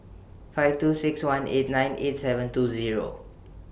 five two six one eight nine eight seven two Zero